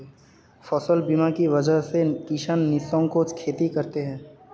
फसल बीमा की वजह से किसान निःसंकोच खेती करते हैं